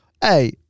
Hey